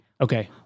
Okay